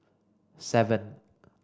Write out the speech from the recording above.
seven